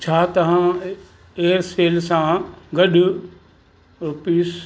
छा तव्हां एयरसेल सां गॾु ऑफ़िस